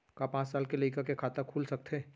का पाँच साल के लइका के खाता खुल सकथे?